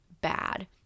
bad